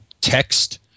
text